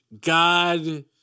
God